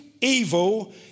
evil